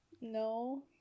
no